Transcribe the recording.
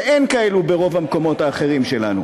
שאין כאלה ברוב המקומות האחרים שלנו